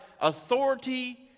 authority